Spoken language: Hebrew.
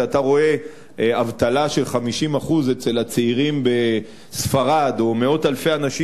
כשאתה רואה אבטלה של 50% אצל הצעירים בספרד או מאות אלפי אנשים